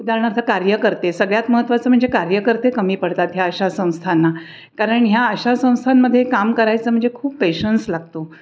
उदाहरणार्थ कार्यकर्ते सगळ्यात महत्त्वाचं म्हणजे कार्यकर्ते कमी पडतात ह्या अशा संस्थांना कारण ह्या अशा संस्थांमध्ये काम करायचं म्हणजे खूप पेशन्स लागतो